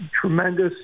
tremendous